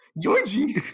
Georgie